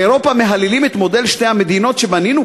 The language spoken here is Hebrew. באירופה מהללים את מודל שתי המדינות שבנינו